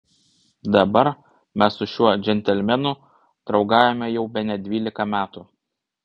dabar mes su šiuo džentelmenu draugaujame jau bene dvylika metų